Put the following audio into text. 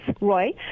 Roy